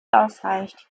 ausreicht